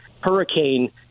hurricane